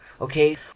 okay